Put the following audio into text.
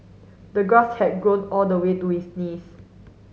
the grass had grown all the way to his knees